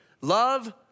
love